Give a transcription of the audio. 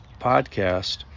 podcast